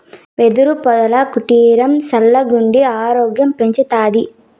యెదురు పొదల కుటీరం సల్లగుండి ఆరోగ్యం పెంచతాది